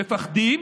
מפחדים,